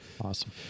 Awesome